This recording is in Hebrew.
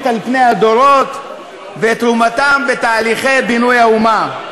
על פני הדורות ואת תרומתם בתהליכי בינוי האומה.